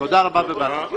תודה רבה ובהצלחה.